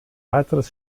weiteres